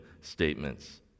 statements